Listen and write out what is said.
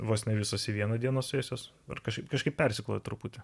vos ne visos į vieną dieną suėjusios kažkaip kažkaip persiklojo truputį